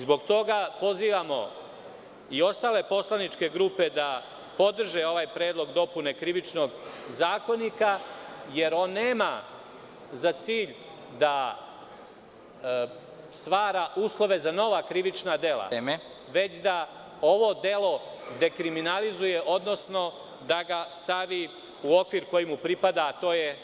Zbog toga pozivamo i ostale poslaničke grupe da podrže ovaj predlog dopune Krivičnog zakonika, jer on nema za cilj da stvara uslove za nova krivična dela, već da ovo delo dekriminalizuje, odnosno da ga stave u okvir koji mu pripada, a to je